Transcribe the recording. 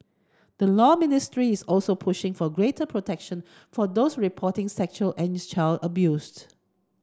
the Law Ministry is also pushing for greater protection for those reporting sexual and child abused